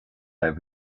have